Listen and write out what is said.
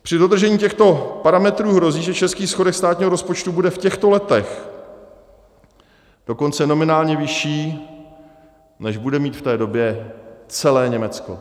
Při dodržení těchto parametrů hrozí, že český schodek státního rozpočtu bude v těchto letech dokonce nominálně vyšší, než bude mít v té době celé Německo.